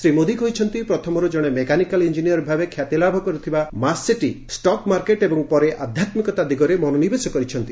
ଶ୍ରୀ ମୋଦି କହିଛନ୍ତି ପ୍ରଥମରୁ ଜଣେ ମେକାନିକାଲ୍ ଇଞ୍ଜିନିୟର୍ ଭାବେ ଖ୍ୟାତି ଅର୍ଜନ କରିଥିବା ମାସେଟି ଷ୍ଟକ୍ ମାର୍କେଟ୍ ଏବଂ ପରେ ଆଧ୍ୟାତ୍ମିକତା ଦିଗରେ ମନୋନିବେଶ କରିଛନ୍ତି